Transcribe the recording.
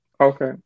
Okay